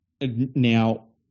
Now